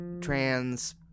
trans